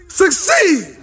succeed